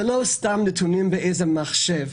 זה לא סתם נתונים באיזה מחשב,